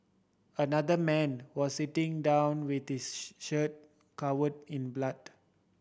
another man was sitting down with his shirt covered in blood